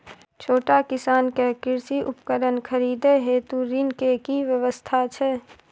छोट किसान के कृषि उपकरण खरीदय हेतु ऋण के की व्यवस्था छै?